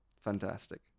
Fantastic